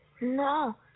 No